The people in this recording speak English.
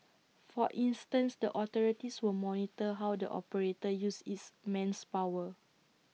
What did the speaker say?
for instance the authorities will monitor how the operator uses its man's power